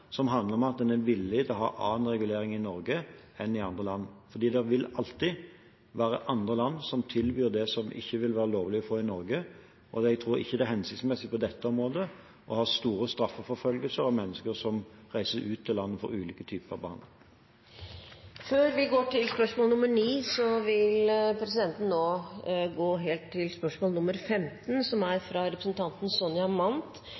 som handler om at en er villig til å ha annen regulering i Norge enn i andre land. Det vil alltid være andre land som tilbyr det som ikke vil være lovlig i Norge, og jeg tror ikke det er hensiktsmessig på dette området å ha store straffeforfølgelser av mennesker som reiser ut av landet for ulike typer behandling. Før vi går til spørsmål 9, vil presidenten nå gå til spørsmål 15, som er fra representanten Sonja Mandt